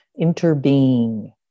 interbeing